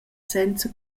senza